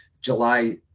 July